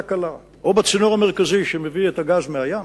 חלה תקלה בצינור המרכזי שמביא את הגז מהים,